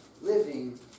living